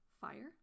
Fire